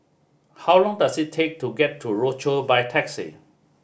how long does it take to get to Rochor by taxi